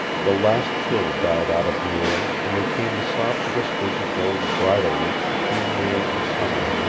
the last chill died out of the air and there came the soft whispers of those bridal-weeks between may and summer,